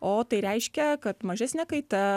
o tai reiškia kad mažesnė kaita